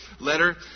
letter